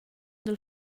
dal